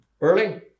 Early